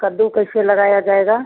कद्दू कैसे लगाया जाएगा